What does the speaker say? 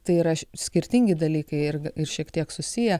tai yra skirtingi dalykai ir ir šiek tiek susiję